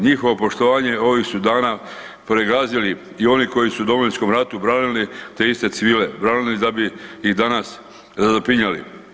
Njihovo poštovanje ovih su dana pregazili i oni koji su u Domovinskom ratu branili te iste civile, branili da bih iz danas razapinjali.